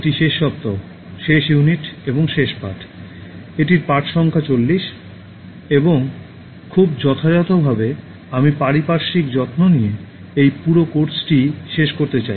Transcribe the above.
এটি শেষ সপ্তাহ শেষ ইউনিট এবং শেষ পাঠ এটির পাঠ সংখ্যা 40 এবং খুব যথাযথভাবে আমি পারিপার্শ্বিক যত্ন নিয়ে এই পুরো কোর্সটি শেষ করতে চাই